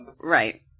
Right